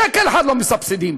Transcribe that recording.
שקל אחד לא מסבסדים.